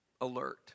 alert